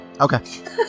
Okay